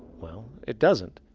well. it doesn't.